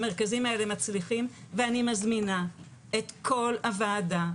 המרכזים האלה מצליחים ואני מזמינה את כל הוועדה,